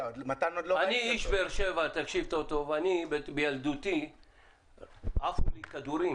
אני איש באר שבע, בילדותי עפו לי כדורים